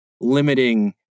limiting